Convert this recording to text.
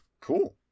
cool